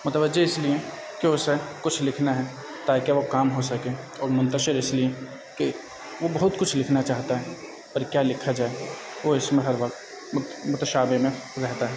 متوجہ اس لیے کہ اسے کچھ لکھنا ہے تاکہ وہ کام ہو سکے اور منتشر اس لیے کہ وہ بہت کچھ لکھنا چاہتا ہے پر کیا لکھا جائے وہ اس میں ہر وقتت مت متشابہ میں رہتا ہے